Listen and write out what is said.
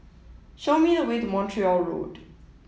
show me the way to Montreal Road